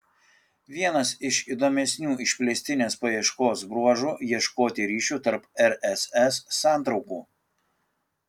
vienas iš įdomesnių išplėstinės paieškos bruožų ieškoti ryšių tarp rss santraukų